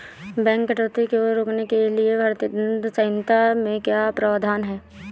bank डकैती को रोकने के लिए भारतीय दंड संहिता में क्या प्रावधान है